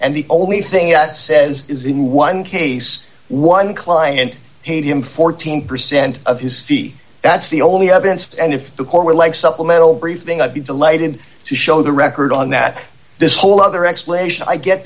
and the only thing it says is in one case one client paid him fourteen percent of his that's the only evidence and if the court were like supplemental briefing i'd be delighted to show the record on that this whole other